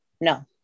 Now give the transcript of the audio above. no